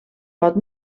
pot